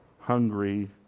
hungry